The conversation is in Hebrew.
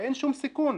ואין שום סיכון.